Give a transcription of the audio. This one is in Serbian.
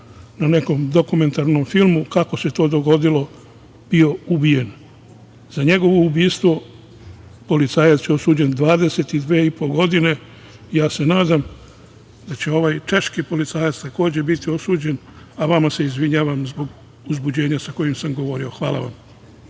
u nekom dokumentarnom filmu, kako se to dogodilo, bio ubijen. Za njegovo ubistvo policajac je osuđen 22,5 godine. Ja se nadam da će ovaj češki policajac takođe biti osuđen, a vama se izvinjavam zbog uzbuđenja sa kojim sam govorio. Hvala vam.